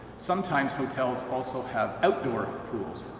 sometimes hotels also have outdoor pools.